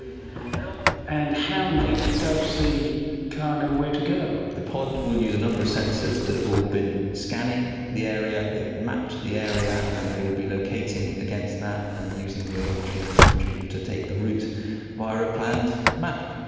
and how, nick, does the car know where to go? the pod will use a number of sensors that have all been scanning the area, they've mapped the area and they will be locating against that and using the odometry and telemetry to take the route via a planned map.